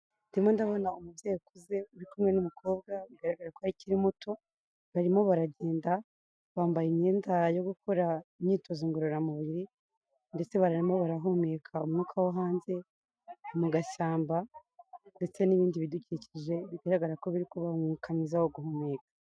Ndimo ndabona umubyeyi ukuze uri kumwe n'umukobwagaragara ko akiri muto barimo baragenda bambaye imyenda yo gukora imyitozo ngororamubiri ndetse bamo barahumeka umwuka wo hanze mu gashyamba ndetse n'ibindi bidukikije bigaragara ko biri kuba umwuka mwiza wo guhumeka.